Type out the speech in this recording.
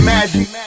Magic